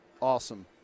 Awesome